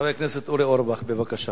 חבר הכנסת אורי אורבך, בבקשה.